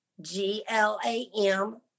G-L-A-M